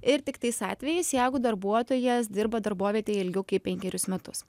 ir tik tais atvejais jeigu darbuotojas dirba darbovietėje ilgiau kaip penkerius metus